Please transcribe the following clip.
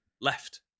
left